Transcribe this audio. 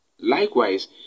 Likewise